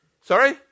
Sorry